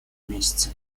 месяцы